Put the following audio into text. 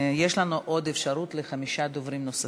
יש לנו עוד אפשרות לחמישה דוברים נוספים.